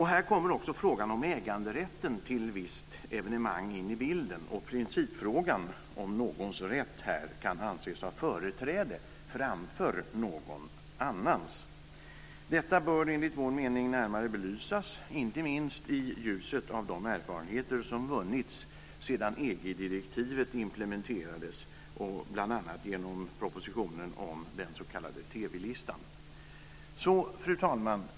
Här kommer också frågan om äganderätten till visst evenemang in i bilden och principfrågan huruvida någons rätt här kan anses ha företräde framför någon annans. Detta bör enligt vår mening närmare belysas, inte minst i ljuset av de erfarenheter som vunnits sedan EG-direktivet implementerades och bl.a. genom propositionen om den s.k. TV-listan. Fru talman!